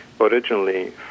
originally